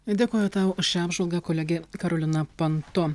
dėkoju tau už šią apžvalgą kolegė karolina panto